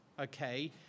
okay